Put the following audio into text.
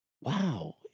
wow